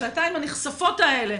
השעתיים הנכספות האלה,